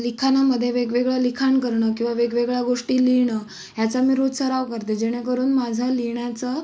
लिखाणामध्ये वेगवेगळं लिखाण करणं किंवा वेगवेगळ्या गोष्टी लिहिणं ह्याचा मी रोज सराव करते जेणेकरून माझा लिहिण्याचं